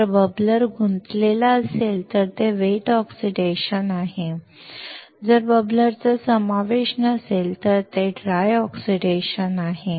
जर बबलर गुंतलेला असेल तर ते वेट ऑक्सिडेशन आहे जर बबलरचा समावेश नसेल तर ते ऑक्सिडेशन आहे